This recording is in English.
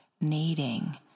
needing